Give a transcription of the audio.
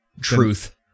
truth